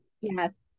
yes